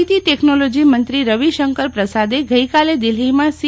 માહીતી ટેકનોલોજી મંત્રી રવિશંકર પ્રસાદે ગઈકાલે દિલ્હીમાં સી